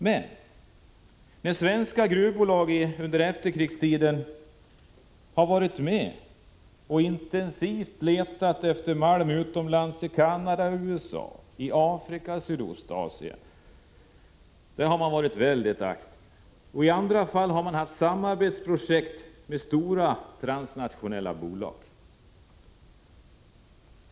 Men svenska gruvbolag har under efterkrigstiden varit med att intensivt leta efter malm utomlands, i Canada, USA, Afrika, Sydostasien. Där har de varit väldigt aktiva och i många fall deltagit i samarbetsprojekt med stora transnationella bolag.